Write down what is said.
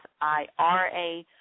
IRA